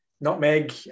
Nutmeg